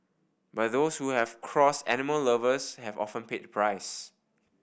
but those who have crossed animal lovers have often paid the price